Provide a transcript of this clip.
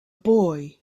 boy